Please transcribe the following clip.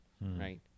right